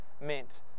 meant